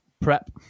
prep